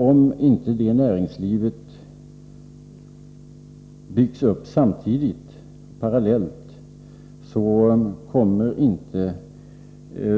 Om inte detta näringsliv byggs upp samtidigt, parallellt, kommer inte